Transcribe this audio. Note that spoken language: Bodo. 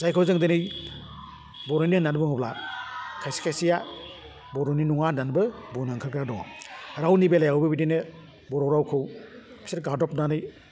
जायखौ जों दोनै बर'नि होन्नानै बुङोब्ला खायसे खायसेआ बर'नि नङा होन्नानैबो बुंनो ओंखारग्रा दङ रावनि बेलायावबो बेदिनो बर' रावखौ फिसोर गादबनानै